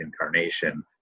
incarnation